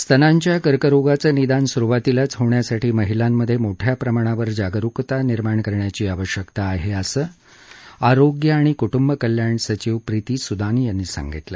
स्तनांच्या कर्करोगाचं निदान सुरवातीलाच होण्यासाठी महिलांमधे मोठया प्रमाणावर जागरुकता निर्माण करण्याची आवश्यकता आहे असं आरोग्य आणि कुटुंबकल्याण सचिव प्रिती सुदान यांनी सांगितलं